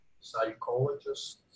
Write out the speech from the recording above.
psychologists